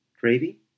Gravy